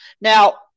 Now